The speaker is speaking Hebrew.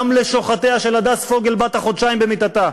גם לשוחטיה של הדס פוגל בת החודשיים במיטתה,